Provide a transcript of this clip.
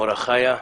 המורה חיה,